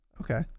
Okay